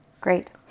Great